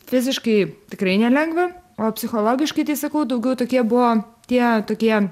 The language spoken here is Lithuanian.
fiziškai tikrai nelengva o psichologiškai tai sakau daugiau tokie buvo tie tokie